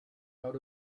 out